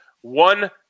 one